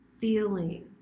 feeling